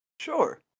Sure